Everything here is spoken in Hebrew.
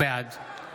בעד תצביעו בעד.